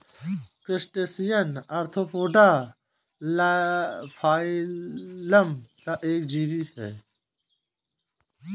crustacean arthropoda phylum का एक जीव है